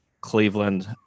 Cleveland